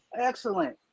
excellent